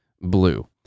blue